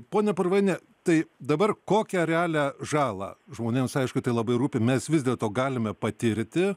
pone purvaini tai dabar kokią realią žalą žmonėms aišku tai labai rūpi mes vis dėlto galime patirti